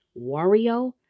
Wario